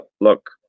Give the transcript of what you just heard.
look